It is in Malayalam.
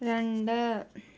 രണ്ട്